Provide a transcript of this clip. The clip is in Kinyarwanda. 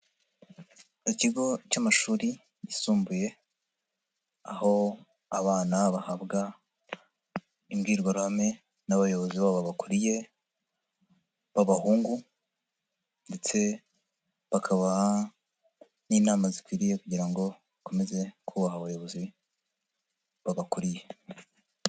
Ikigo cy'amashuri yisumbuye aho abana bahabwa imbwirwaruhame n'abayobozi babo bakuriye b'abahungu ndetse bakaba n'inama zikwiriye kugira ngo bakomeze kubaha abayobozi babakuriye.